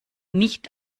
nicht